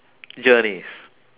journeys